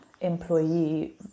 employee